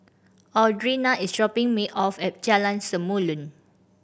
Audrina is dropping me off at Jalan Samulun